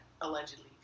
allegedly